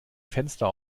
fenster